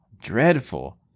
dreadful